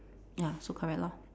ya so correct lor